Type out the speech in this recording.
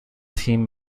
team